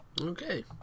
Okay